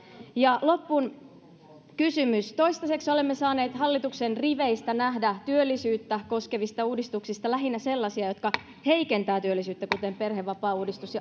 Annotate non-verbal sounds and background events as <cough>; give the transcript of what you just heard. loppuun kysymys toistaiseksi olemme saaneet hallituksen riveistä nähdä työllisyyttä koskevista uudistuksista lähinnä sellaisia jotka heikentävät työllisyyttä kuten perhevapaauudistus <unintelligible>